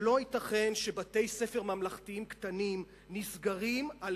ולא ייתכן שבתי-ספר ממלכתיים קטנים נסגרים על